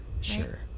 sure